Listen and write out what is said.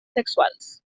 sexuals